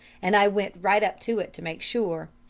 and i went right up to it to make sure.